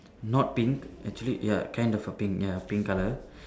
not pink actually ya kind of a pink ya pink colour